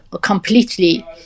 completely